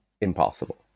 impossible